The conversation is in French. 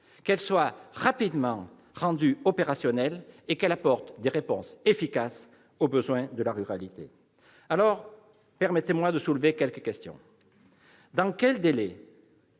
qu'elle soit rapidement rendue opérationnelle et qu'elle apporte des réponses efficaces aux besoins de la ruralité. Permettez-moi de soulever, en la matière, quelques questions. Dans quel délai